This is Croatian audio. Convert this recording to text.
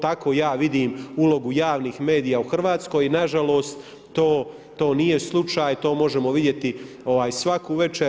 Tako ja vidim ulogu javnih medija u Hrvatskoj i nažalost to nije slučaj, to možemo vidjeti svaku večer.